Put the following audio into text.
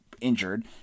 injured